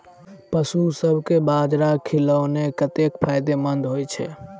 पशुसभ केँ बाजरा खिलानै कतेक फायदेमंद होइ छै?